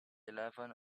eleven